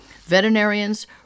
Veterinarians